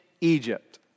Egypt